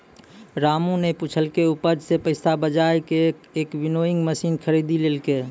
रामू नॅ पिछलो उपज सॅ पैसा बजाय कॅ एक विनोइंग मशीन खरीदी लेलकै